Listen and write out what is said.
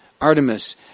Artemis